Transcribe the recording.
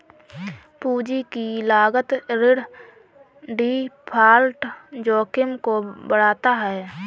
पूंजी की लागत ऋण डिफ़ॉल्ट जोखिम को बढ़ाता है